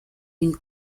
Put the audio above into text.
une